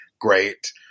great